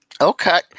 Okay